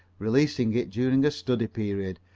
releasing it during a study period,